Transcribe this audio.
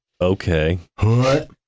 Okay